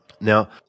Now